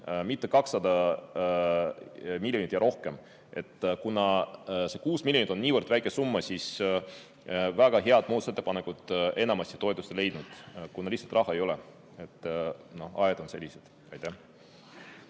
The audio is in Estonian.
mitte 200 miljonit ja rohkem. Kuna 6 miljonit on niivõrd väike summa, siis väga head muudatusettepanekud enamasti toetust ei leidnud, kuna raha lihtsalt ei ole. Ajad on sellised. Aitäh!